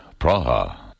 Praha. (